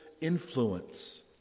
influence